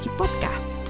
podcast